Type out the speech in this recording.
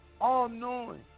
all-knowing